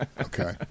Okay